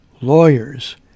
lawyers